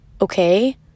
okay